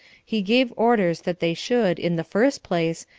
he gave orders that they should, in the first place,